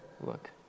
Look